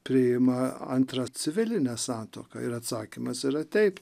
priima antrą civilinę santuoką ir atsakymas yra taip